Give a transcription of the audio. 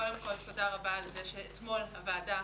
קודם כל תודה רבה על זה שאתמול הוועדה